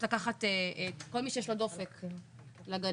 לקחת את כל מי שיש לו דופק לגנים.